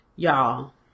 Y'all